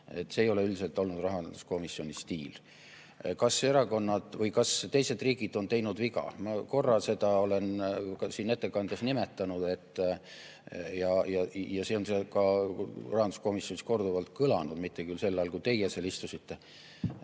ei ole üldiselt olnud rahanduskomisjoni stiil. Kas teised riigid on teinud vea? Ma olen korra seda ka siin ettekandes nimetanud ja see on ka rahanduskomisjonis korduvalt kõlanud – mitte küll sel ajal, kui teie seal istusite